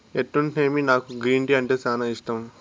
ఎన్నుంటేమి నాకు green tea అంటే సానా ఇష్టం